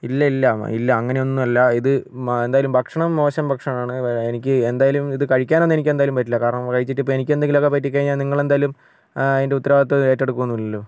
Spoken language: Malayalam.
ഇല്ല ഇല്ല ഇല്ല അങ്ങനെ ഒന്നും അല്ല ഇത് എന്തായാലും ഭക്ഷണം മോശം ഭക്ഷണം ആണ് എനിക്ക് എന്ത് ആയാലും ഇത് കഴിക്കാൻ ഒന്നും എനിക്ക് എന്തായാലും പറ്റില്ല കാരണം കഴിച്ചിട്ട് എനിക്ക് എന്തെങ്കിലും ഒക്കെ പറ്റി കഴിഞ്ഞാൽ നിങ്ങൾ എന്തായാലും അതിൻ്റെ ഉത്തരവാദിത്വം ഏറ്റെടുക്കുവൊന്നും ഇല്ലല്ലോ